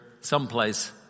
someplace